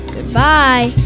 Goodbye